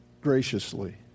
graciously